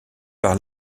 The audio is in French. par